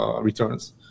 returns